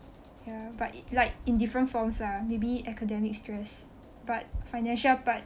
ya but like in different form lah maybe academic stress but financial part